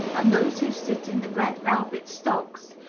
and those who sit in the red-velvet stocks,